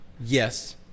yes